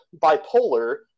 bipolar